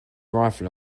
rifle